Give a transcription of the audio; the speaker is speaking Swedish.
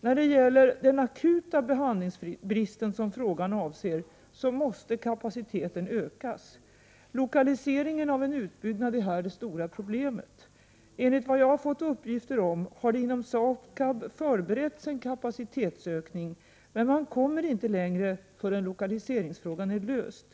När det gäller den akuta behandlingsbristen, som frågan avser, måste kapaciteten ökas. Lokaliseringen av en utbyggnad är här det stora problemet. Enligt vad jag har fått uppgifter om har det inom SAKAB förberetts en kapacitetsökning. Men man kommer inte längre förrän lokaliseringsfrågan är löst.